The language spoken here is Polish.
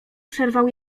przerwał